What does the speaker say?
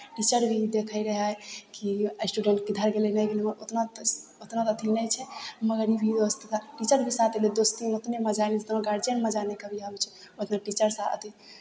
teacher भी देखै रहै की स्टुडेन्ट किधर गेलै नहि गेलै मगर ओतना तऽ स् ओतना तऽ अथी नहि छै मगर ई भी ओ टीचर भी साथ अयलै दोस्तीमे ओतने मजा अयलै जेतना गार्जियन मजा नहि कभी आबै छै ओतने टीचर साथ अथी